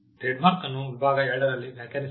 trademark ಅನ್ನು ವಿಭಾಗ 2 ರಲ್ಲಿ ವ್ಯಾಖ್ಯಾನಿಸಲಾಗಿದೆ